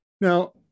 Now